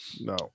No